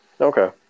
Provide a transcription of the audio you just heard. Okay